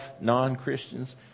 non-christians